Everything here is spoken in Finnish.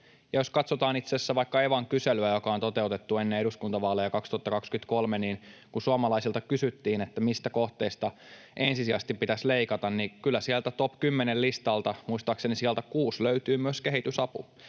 asiassa vaikka Evan kyselyä, joka on toteutettu ennen eduskuntavaaleja 2023, niin kun suomalaisilta kysyttiin, mistä kohteista ensisijaisesti pitäisi leikata, niin kyllä sieltä top 10 -listalta, muistaakseni sijalta kuusi, löytyi myös kehitysapu.